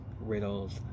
Riddle's